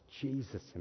Jesus